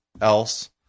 else